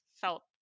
felt